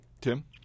Tim